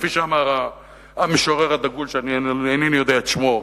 כפי שאמר המשורר הדגול שאינני יודע את שמו,